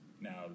Now